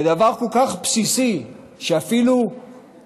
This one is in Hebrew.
זה דבר כל כך בסיסי שאפילו אני,